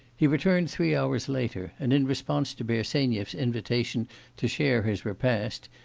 he returned three hours later and in response to bersenyev's invitation to share his repast,